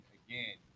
again